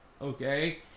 okay